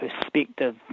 perspective